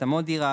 התאמות דירה,